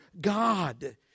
God